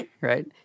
right